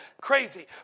crazy